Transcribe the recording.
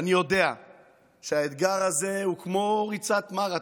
אני יודע שהאתגר הזה הוא כמו ריצת מרתון,